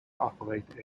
operate